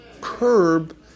curb